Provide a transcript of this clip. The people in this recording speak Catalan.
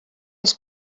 els